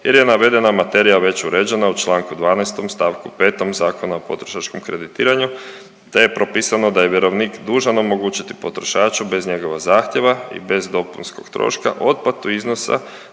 jer je navedena materija već uređena u čl. 12. st. 5. Zakona o potrošačkom kreditiranju te je propisano da je vjerovnik dužan omogućiti potrošaču bez njegova zahtjeva i bez dopunskog troška otplatu iznosa